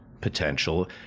potential